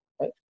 right